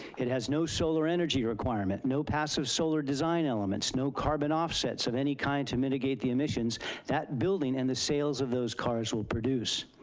it has no solar energy requirement, no passive solar design elements, no carbon offsets of any kind to mitigate the emissions that building and the sales of those cars will produce.